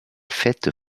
fêtes